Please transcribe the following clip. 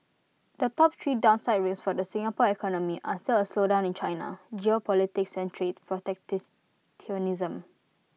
the top three downside risks for the Singapore economy are still A slowdown in China geopolitics and trade